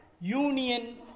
union